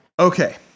Okay